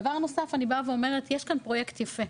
דבר נוסף, אני באה ואומרת יש כאן פרויקט יפה,